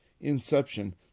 Inception